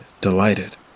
delighted